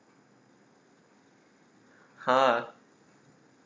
!huh!